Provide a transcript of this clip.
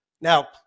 Now